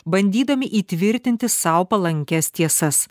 bandydami įtvirtinti sau palankias tiesas